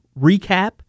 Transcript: recap